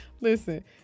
Listen